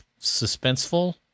suspenseful